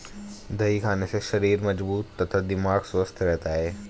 दही खाने से शरीर मजबूत तथा दिमाग स्वस्थ रहता है